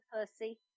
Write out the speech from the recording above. pussy